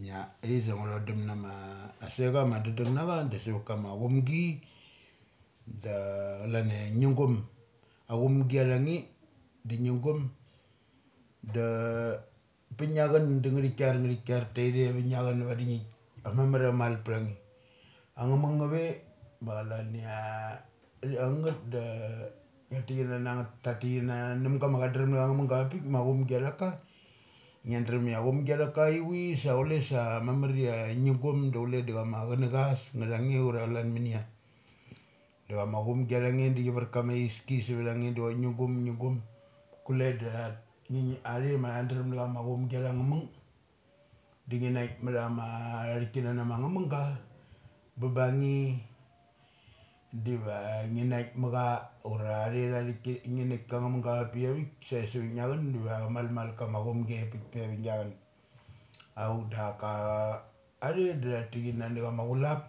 Ia ithik sa ngu thodum na chama sena ma da dang nacha da savat kama chumgi da chalan ia ngi gum. Achumgi chia tha nge dangi gum da pi giachun da nga thi kiar, nga thi kar, ta ithe va gia chun va di ngi, ambes mamaria mal ptha nge. Angnga mang nga ve ma chalaia tha ngeth da nga tik kanana ngeth tha thik kama na numga ma cha drem na cha mungga ava pik ma a chumgi a tha ka ngia dram ia a chumgi athaka ivi sa chule sa mamaria ngi gum da chule da chama chun na cha chas nga thange ia. Da chama chumgi chia tha nge di chima chi var kama atski savtha nge do chok ngi gum, ngi gum, kule da tat ngi nga athe ma tha drum na chama achumgi athanga mung da ngi naik ma tha ma tha thik kana na chama nga mungga ba ba nge diva ngi nike macha ura athe tha thiki ngi nik ka ngamung ga avapia vik sae sa va gia chun diva cha malmal kama chumgi apik pe va giachun. Auk daka athe da thatik kanana chama chu lap